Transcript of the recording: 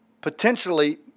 Potentially